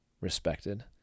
Respected